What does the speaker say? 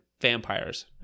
vampires